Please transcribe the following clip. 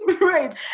right